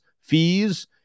fees